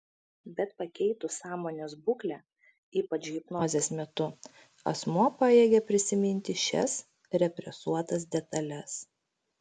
bet pakeitus sąmonės būklę ypač hipnozės metu asmuo pajėgia prisiminti šias represuotas detales